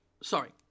Sorry